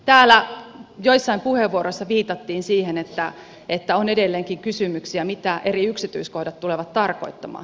täällä joissain puheenvuoroissa viitattiin siihen että on edelleenkin kysymyksiä mitä eri yksityiskohdat tulevat tarkoittamaan